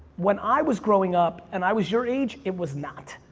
when i was growing up, and i was your age, it was not.